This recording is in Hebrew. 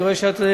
אני רואה שאת,